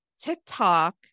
TikTok